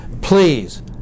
Please